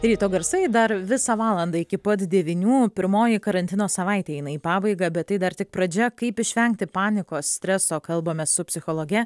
ryto garsai dar visą valandą iki pat devynių pirmoji karantino savaitė eina į pabaigą bet tai dar tik pradžia kaip išvengti panikos streso kalbamės su psichologe